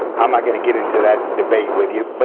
i'm not going to get into that debate with you. but